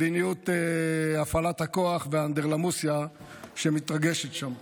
במדיניות הפעלת הכוח והאנדרלמוסיה שמתרגשת שם.